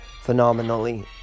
phenomenally